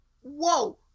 whoa